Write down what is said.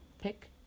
pick